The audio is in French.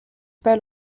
pâle